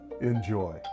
Enjoy